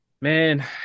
man